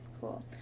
Cool